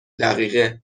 دقیقه